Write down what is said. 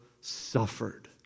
suffered